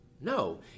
No